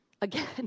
Again